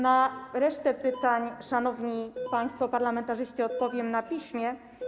Na resztę pytań, szanowni państwo parlamentarzyści, odpowiem na piśmie.